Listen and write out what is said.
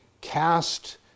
cast